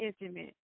intimate